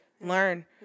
learn